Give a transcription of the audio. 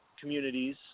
communities